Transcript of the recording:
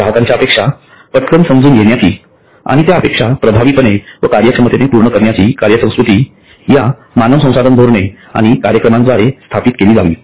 ग्राहकांच्या अपेक्षा पटकन समजून घेण्याची आणि त्या अपेक्षा प्रभावीपणे व कार्यक्षमतेने पूर्ण करण्याची कार्यसंस्कृती ह्या मानव संसाधन धोरणे आणि कार्यक्रमांद्वारे स्थापित केली जावी